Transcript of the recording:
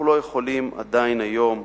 אנחנו עדיין לא יכולים, היום,